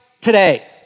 today